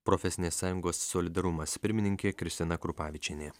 profesinės sąjungos solidarumas pirmininkė kristina krupavičienė